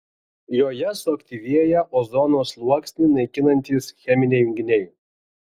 joje suaktyvėja ozono sluoksnį naikinantys cheminiai junginiai